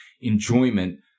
enjoyment